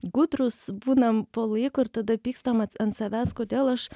gudrūs būnam po laiko ir tada pykstam at ant savęs kodėl aš